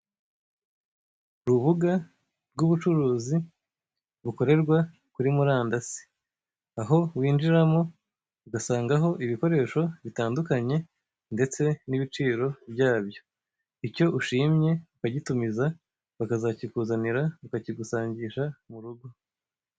Urubuga rw'ubucuruzi bukorerwa kuri murandasi, aho winjiramo ugasangamo ibikoresho bitandukanye ndetse n'ibiciro byabyo; icyo ushimye ukagitumiza bakazakikuzanira, bakakigusangisha mu rugo.